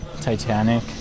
Titanic